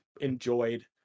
enjoyed